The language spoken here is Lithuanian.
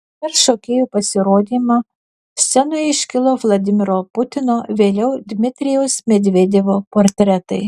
per šokėjų pasirodymą scenoje iškilo vladimiro putino vėliau dmitrijaus medvedevo portretai